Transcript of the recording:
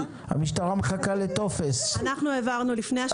אנחנו העברנו לפני ה-2 ביוני,